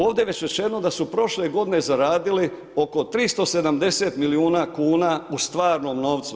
Ovdje je već rečeno da su prošle godine zaradili oko 370 milijuna kuna u stvarnom novcu.